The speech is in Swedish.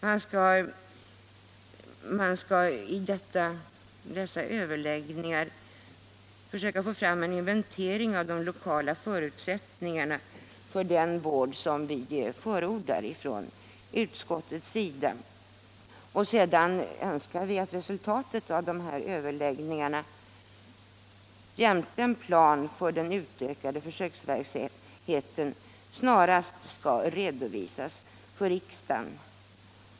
Man skall vid dessa överläggningar försöka få fram en inventering av de lokala förutsättningarna för den vård som utskottet förordat. Vi önskar att re " sultatet av dessa överläggningar jämte en plan för den utökade försöksverksamheten snarast skall redovisas för riksdagen.